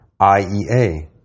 IEA